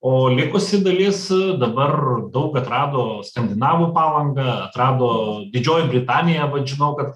o likusi dalis dabar daug atrado skandinavų palangą atrado didžioji britanija at žinau kad